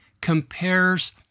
compares